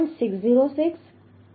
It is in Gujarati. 606 0